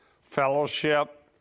Fellowship